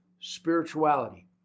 spirituality